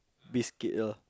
biscuit loh